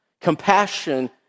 Compassion